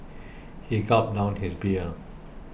he gulped down his beer